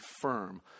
firm